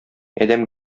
адәм